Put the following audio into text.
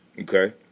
Okay